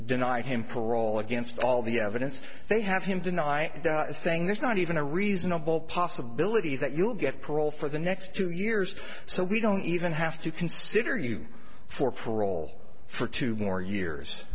denied him parole against all the evidence they have him deny saying there's not even a reasonable possibility that you'll get parole for the next two years so we don't even have to consider you for parole for two more years